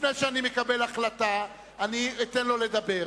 לפני שאני מקבל החלטה אני אתן לו לדבר.